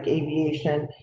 aviation,